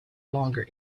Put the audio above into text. longer